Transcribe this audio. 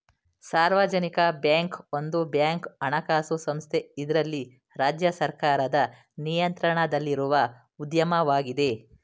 ಸಾರ್ವಜನಿಕ ಬ್ಯಾಂಕ್ ಒಂದು ಬ್ಯಾಂಕ್ ಹಣಕಾಸು ಸಂಸ್ಥೆ ಇದ್ರಲ್ಲಿ ರಾಜ್ಯ ಸರ್ಕಾರದ ನಿಯಂತ್ರಣದಲ್ಲಿರುವ ಉದ್ಯಮವಾಗಿದೆ